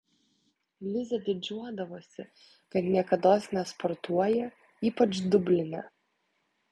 liza didžiuodavosi kad niekados nesportuoja ypač dubline